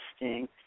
interesting